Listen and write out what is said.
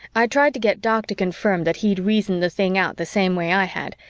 i tried to get doc to confirm that he'd reasoned the thing out the same way i had,